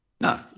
No